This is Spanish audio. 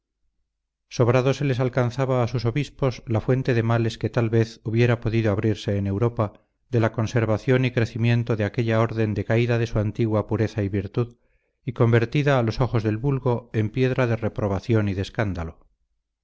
sobrado se les alcanzaba a sus obispos la fuente de males que tal vez hubiera podido abrirse en europa de la conservación y crecimiento de aquella orden decaída de su antigua pureza y virtud y convertida a los ojos del vulgo en piedra de reprobación y de escándalo